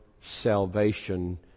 salvation